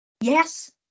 Yes